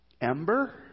ember